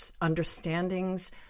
understandings